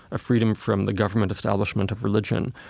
ah freedom from the government, establishment of religion,